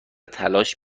تلاش